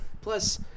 plus